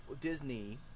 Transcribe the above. Disney